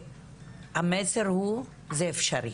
המסר הוא, זה אפשרי.